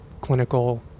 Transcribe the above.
clinical